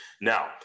Now